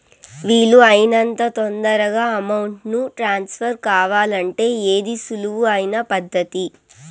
వీలు అయినంత తొందరగా అమౌంట్ ను ట్రాన్స్ఫర్ కావాలంటే ఏది సులువు అయిన పద్దతి